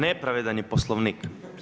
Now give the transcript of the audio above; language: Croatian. Nepravedan je poslovnik.